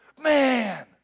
man